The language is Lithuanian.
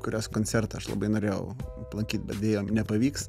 kurios koncertą aš labai norėjau aplankyt bet deja nepavyks